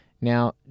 Now